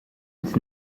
its